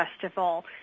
Festival